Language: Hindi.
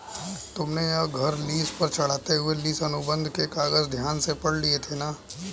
तुमने यह घर लीस पर चढ़ाते हुए लीस अनुबंध के कागज ध्यान से पढ़ लिए थे ना?